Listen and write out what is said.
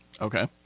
Okay